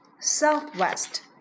southwest